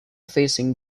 facing